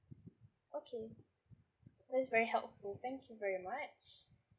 okay that's very helpful thank you very much